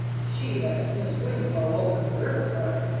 she that's mis winslow over to riverport,